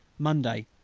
monday,